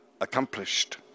accomplished